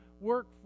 work